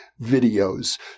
videos